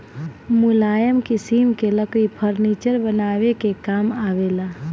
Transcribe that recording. मुलायम किसिम के लकड़ी फर्नीचर बनावे के काम आवेला